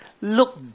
look